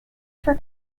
for